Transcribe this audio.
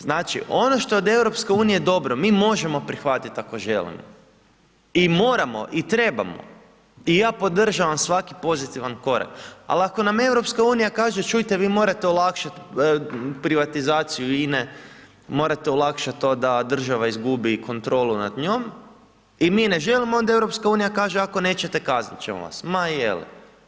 Znači ono što od EU-a je dobro mi možemo prihvatiti ako želimo i moramo i trebamo i ja podržavam svaki pozitivan korak ali ako nam EU kaže čujte, vi morate olakšati privatizaciju INA-e, morate olakšat to da država izgubi nad njom i mi ne želimo a onda EU kaže ako nećete, kaznit ćemo vas, ma je li?